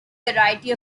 variety